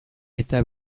eta